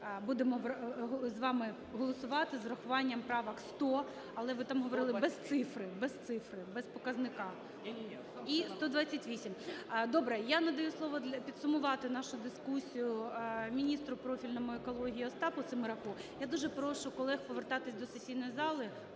будемо з вами голосувати з урахуванням правок 100 (але ви там говорили, без цифри. Без цифри, без показника) і 128. Добре. Я надаю слово підсумувати нашу дискусію міністру профільному екології Остапу Семераку. Я дуже прошу колег повертатися до сесійної зали,